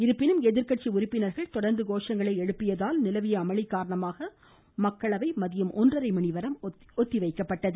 இருப்பினும் எதிர்கட்சி உறுப்பினர்கள் தொடர்ந்து கோஷங்களை எழுப்பியதால் நிலவிய அமளி காரணமாக மக்களவை மதியம் ஒன்றரை மணிவரை ஒத்திவைக்கப்பட்டது